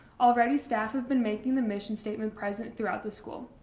already, staff have been making the mission statement present throughout the school.